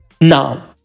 Now